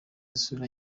isura